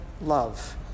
love